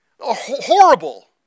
Horrible